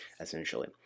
essentially